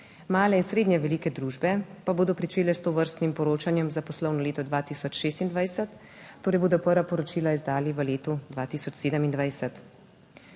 male in srednje velike družbe pa bodo pričele s tovrstnim poročanjem za poslovno leto 2026, torej bodo prva poročila izdale v letu 2027.